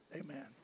Amen